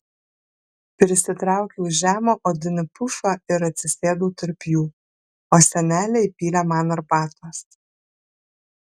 prisitraukiau žemą odinį pufą ir atsisėdau tarp jų o senelė įpylė man arbatos